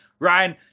Ryan